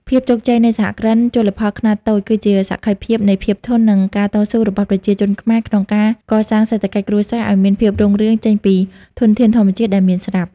ភាពជោគជ័យនៃសហគ្រិនជលផលខ្នាតតូចគឺជាសក្ខីភាពនៃភាពធន់ និងការតស៊ូរបស់ប្រជាជនខ្មែរ ក្នុងការកសាងសេដ្ឋកិច្ចគ្រួសារឱ្យមានភាពរុងរឿងចេញពីធនធានធម្មជាតិដែលមានស្រាប់។